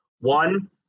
One